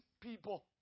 people